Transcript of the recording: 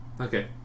Okay